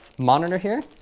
monitor here